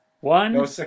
One